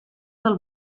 del